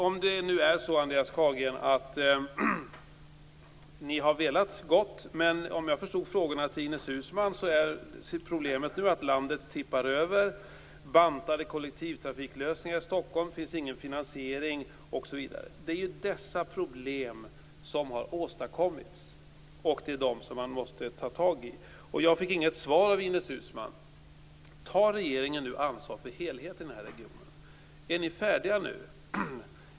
Om jag förstod Andreas Carlgrens frågor till Ines Uusmann är problemet nu att landet tippar över, kollektivtrafiklösningarna för Stockholm är bantade och att det inte finns någon finansiering. Det är dessa problem som har åstadkommits och som man nu måste ta itu med. Jag fick inte svar på mina frågor, Ines Uusmann. Tar regeringen ansvar för helheten i denna region? Är ni färdiga nu?